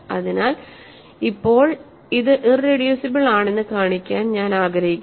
അതിനാൽ ഇപ്പോൾ അത് ഇറെഡ്യൂസിബിൾ ആണെന്ന് കാണിക്കാൻ ഞാൻ ആഗ്രഹിക്കുന്നു